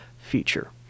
feature